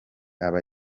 aba